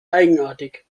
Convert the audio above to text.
eigenartig